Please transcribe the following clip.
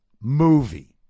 movie